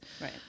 Right